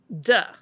duh